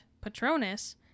Patronus